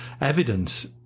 evidence